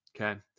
Okay